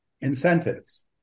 incentives